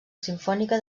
simfònica